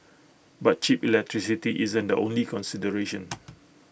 but cheap electricity isn't the only consideration